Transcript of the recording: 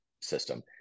system